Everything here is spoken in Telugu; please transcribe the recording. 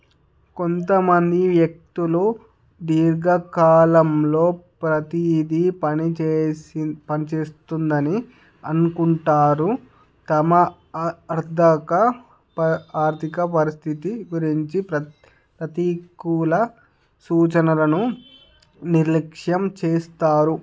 కొంతమంది వ్యక్తులు దీర్ఘకాలంలో ప్రతీదీ పనిచేసి పనిచేస్తుందని అనుకుంటారు తమ అర్దక ప ఆర్దిక పరిస్థితి గురించి ప్రతీ ప్రతీకూల సూచనలను నిర్లక్ష్యం చేస్తారు